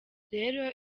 rero